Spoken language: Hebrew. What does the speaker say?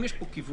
אם יש פה כיוון